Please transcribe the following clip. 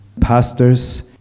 pastors